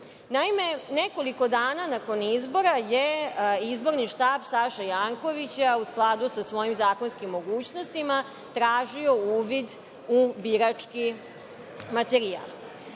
nekoliko dana nakon izbora je izborni štab Saše Jankovića u skladu sa svojim zakonskim mogućnostima tražio uvid u birački materijal.